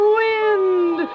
wind